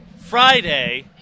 Friday